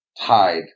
tide